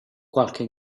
qualche